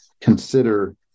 consider